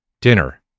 dinner